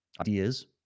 ideas